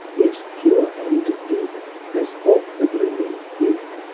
yet pure and deep as of the blooming youth.